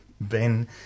Ben